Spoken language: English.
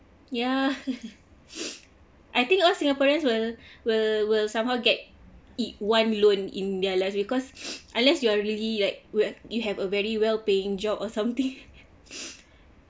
ya I think all singaporeans will will will somehow get it one loan in their life because unless you are really like where you have a very well paying job or something